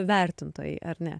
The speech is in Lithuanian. vertintojai ar ne